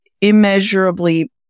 immeasurably